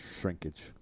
shrinkage